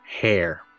hair